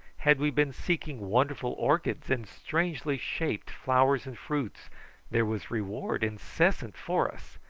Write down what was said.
had we been seeking wonderful orchids and strangely shaped flowers and fruits there was reward incessant for us,